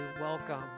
welcome